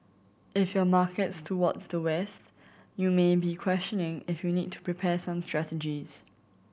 if your market towards the West you may be questioning if you need to prepare some strategies